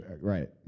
right